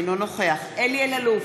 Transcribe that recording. אינו נוכח אלי אלאלוף,